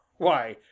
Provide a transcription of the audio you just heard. why,